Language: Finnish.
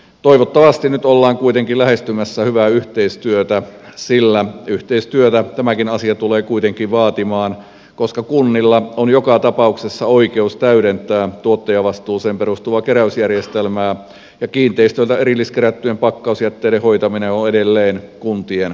toivottavasti nyt ollaan kuitenkin lähestymässä hyvää yhteistyötä sillä yhteistyötä tämäkin asia tulee kuitenkin vaatimaan koska kunnilla on joka tapauksessa oikeus täydentää tuottajavastuuseen perustuvaa keräysjärjestelmää ja kiinteistöiltä erilliskerättyjen pakkausjätteiden hoitaminen on edelleen kuntien vastuulla